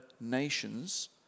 nations